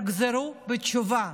תחזרו בתשובה,